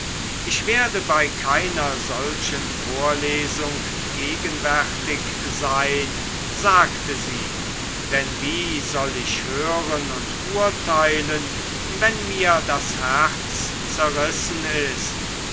ich werde bei keiner solchen vorlesung gegenwärtig sein sagte sie denn wie soll ich hören und urteilen wenn mir das herz zerrissen ist